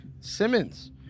Simmons